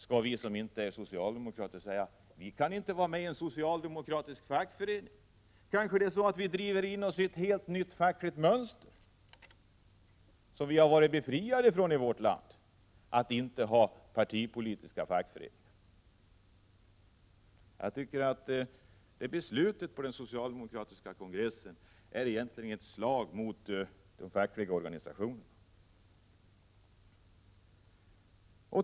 Skall då vi som inte är socialdemokrater säga: Vi kan inte vara med i en socialdemokratisk fackförening. Kanske ni driver in oss i ett helt nytt fackligt mönster som vi har varit befriade ifrån i vårt land, nämligen partipolitiska fackföreningar. — Beslutet på den socialdemokratiska kongressen är egentligen ett slag mot de fackliga organisationerna.